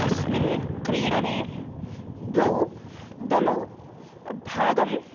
अस्मिन् क्रीडने द्वौ दलौ भागौ